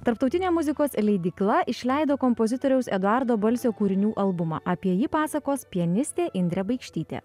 tarptautinė muzikos leidykla išleido kompozitoriaus eduardo balsio kūrinių albumą apie jį pasakos pianistė indrė baikštytė